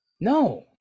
no